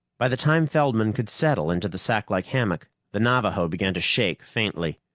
by the time feldman could settle into the sacklike hammock, the navaho began to shake faintly,